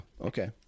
okay